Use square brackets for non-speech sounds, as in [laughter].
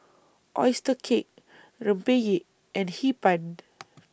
Oyster Cake Rempeyek and Hee Pan [noise]